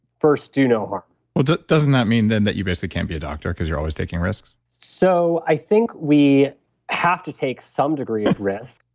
first do no harm but doesn't that mean then that you basically can't be a doctor because you're always taking risks so i think we have to take some degree of risk,